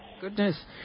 Goodness